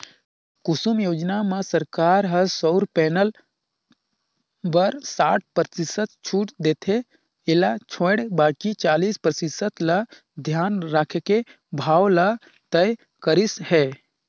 कुसुम योजना म सरकार ह सउर पेनल बर साठ परतिसत छूट देथे एला छोयड़ बाकि चालीस परतिसत ल धियान राखके भाव ल तय करिस हे